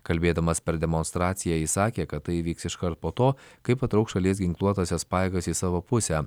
kalbėdamas per demonstraciją jis sakė kad tai įvyks iškart po to kai patrauks šalies ginkluotąsias pajėgas į savo pusę